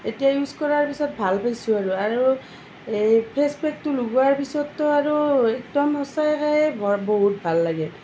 এতিয়া ইউচ কৰাৰ পিছত ভাল পাইছোঁ আৰু আৰু এই ফেচপেকটো লগোৱাৰ পিছতটো আৰু একদম সঁচাকৈয়ে বৰ বহুত ভাল লাগিল